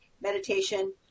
meditation